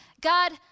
God